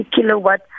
kilowatt